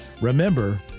remember